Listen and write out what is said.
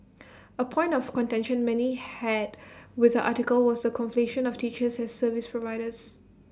A point of contention many had with article was the conflation of teachers as service providers